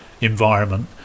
environment